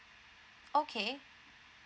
okay